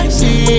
see